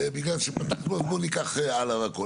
בגלל שפתח לו, אז בוא ניקח הלאה הכל.